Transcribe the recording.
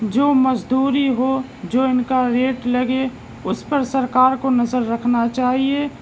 جو مزدوری ہو جو ان کا ریٹ لگے اس پر سرکار کو نظر رکھنا چاہیے